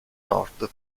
nord